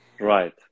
Right